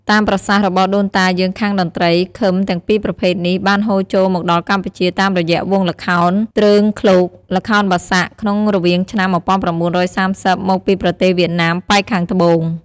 តាមប្រសាសន៍របស់ដូនតាយើងខាងតន្ដ្រី ឃឹមទាំងពីរប្រភេទនេះបានហូរចូលមកដល់កម្ពុជាតាមរយៈវង់ល្ខោនទ្រើងឃ្លោក (ល្ខោនបាសាក់) ក្នុងរវាងឆ្នាំ១៩៣០ មកពីប្រទេសវៀតណាមប៉ែកខាងត្បូង។